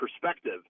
perspective